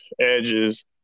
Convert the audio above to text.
Edges